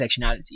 intersectionality